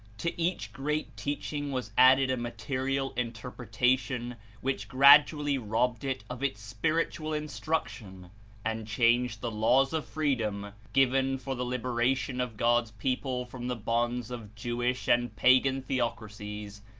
to each great teaching was added a material interpretation which gradually robbed it of its spiritual instruction and changed the laws of freedom, given for the liberation of god's people from the bonds of jewish and pagan theocrasies,